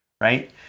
right